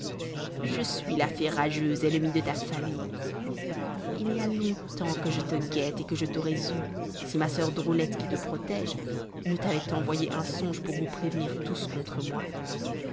je suis la fée rageuse ennemie de ta famille il y a longtemps que je te guette et que je t'aurais eue si ma soeur drôlette qui te protège ne t'avait envoyé un songe pour vous prémunir tous contre moi